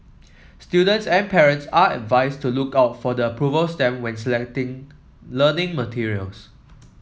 students and parents are advised to look out for the approval stamp when selecting learning materials